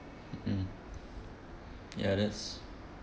mm ya that's